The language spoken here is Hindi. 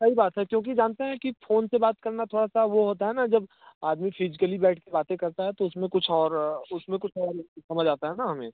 सही बात है क्योंकि जानते हैं कि फ़ोन से बात करना थोड़ा सा वो होता है ना जब आदमी फिजकली बैठ कर बातें करता है तो उस में कुछ और उस में कुछ और समझ आता है ना हमें